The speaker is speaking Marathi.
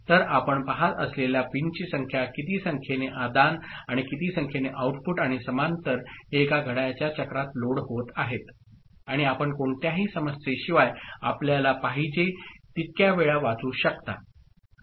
तर आपण पहात असलेल्या पिनची संख्या किती संख्येने आदान आणि किती संख्येने आउटपुट आणि समांतर हे एका घड्याळाच्या चक्रात लोड होत आहेत आणि आपण कोणत्याही समस्येशिवाय आपल्याला पाहिजे तितक्या वेळा वाचू शकता